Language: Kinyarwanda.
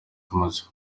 tumaze